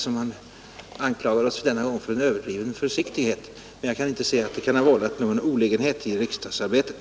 Denna gång anklagar man oss för överdriven försiktighet, men jag kan inte se att den försiktigheten kan ha vållat någon olägenhet för riksdagsarbetet.